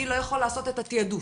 אני לא יכול לעשות את התיעדוף,